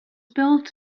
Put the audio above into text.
built